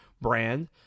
brand